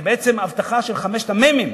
זה בעצם הבטחה של חמשת המ"מים